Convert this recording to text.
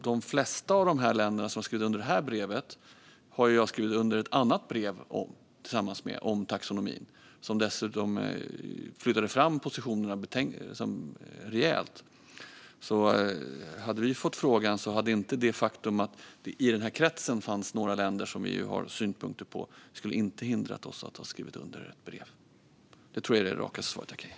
De flesta av de länder som har skrivit under det här brevet har jag skrivit under ett annat brev tillsammans med om taxonomi, som dessutom flyttade fram positionerna rejält. Om vi hade fått frågan skulle inte det faktum att det i den här kretsen fanns några länder som EU har synpunkter på ha hindrat oss från att skriva under ett brev. Det tror jag är det raka svar jag kan ge.